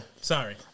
Sorry